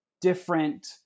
different